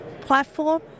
platform